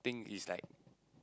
thing is like